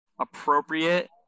appropriate